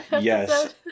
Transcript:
yes